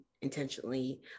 intentionally